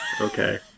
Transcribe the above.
okay